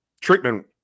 treatment